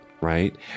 right